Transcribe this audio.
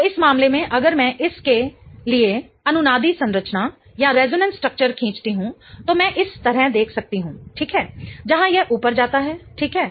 तो इस मामले में अगर मैं इस के लिए अनुनादी संरचना खींचती हूं तो मैं इस तरह देख सकती हूं ठीक है जहां यह ऊपर जाता है ठीक है